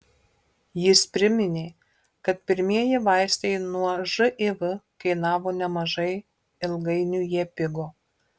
jis priminė kad pirmieji vaistai nuo živ kainavo nemažai ilgainiui jie pigo